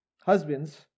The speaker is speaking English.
Husbands